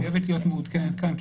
חייבת להיות מעודכנת כאן.